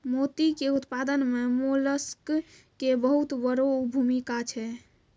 मोती के उपत्पादन मॅ मोलस्क के बहुत वड़ो भूमिका छै